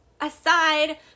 aside